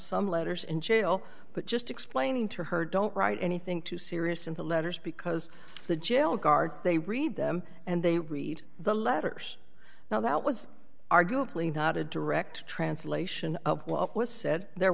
some letters in jail but just explaining to her don't write anything too serious in the letters because the jail guards they read them and they read the letters now that was arguably not a direct translation of what was said there